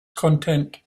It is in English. content